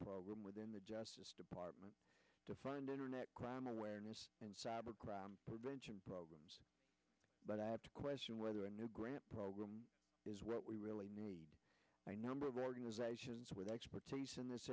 program within the justice department to find internet crime awareness and cyber crime prevention programs but i have to question whether a new grant program is what we really need a number of organizations with experts in this